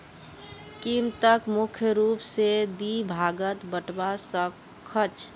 कीमतक मुख्य रूप स दी भागत बटवा स ख छ